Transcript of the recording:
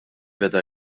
beda